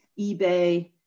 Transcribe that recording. eBay